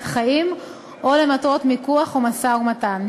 חיים או למטרות מיקוח או משא-ומתן.